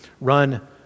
run